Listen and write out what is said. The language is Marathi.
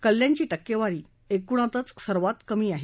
कल्याणची टक्केवारी एकूणातच सर्वात कमी आहे